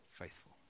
Faithful